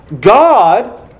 God